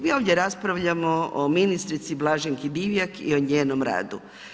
Mi ovdje raspravljamo o ministrici Blaženki Divjak i o njenom radu.